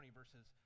verses